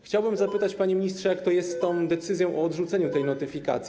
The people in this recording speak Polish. Chciałbym też zapytać, panie ministrze, jak to jest z tą decyzją o odrzuceniu notyfikacji.